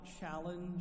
challenge